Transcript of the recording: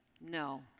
No